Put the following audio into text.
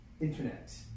internet